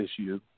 issue